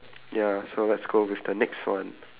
ya so let's go with the next one